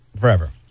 forever